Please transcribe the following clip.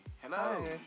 hello